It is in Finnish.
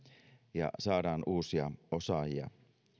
ja saadaan uusia osaajia